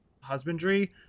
husbandry